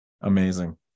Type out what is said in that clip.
amazing